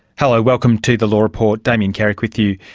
hello, welcome to the law report, damien carrick with you.